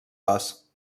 les